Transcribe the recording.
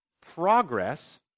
progress